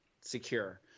secure